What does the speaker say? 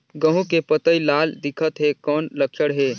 गहूं के पतई लाल दिखत हे कौन लक्षण हे?